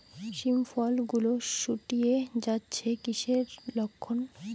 শিম ফল গুলো গুটিয়ে যাচ্ছে কিসের লক্ষন?